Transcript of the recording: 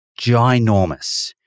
ginormous